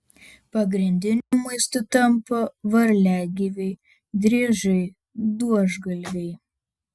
pagrindiniu maistu tampa varliagyviai driežai buožgalviai